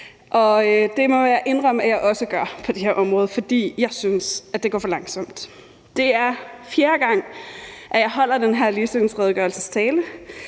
det må jeg indrømme jeg også oplever på det her område, for jeg synes, det går for langsomt. Det er fjerde gang, jeg holder den her ligestillingsredegørelsestale,